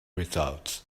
results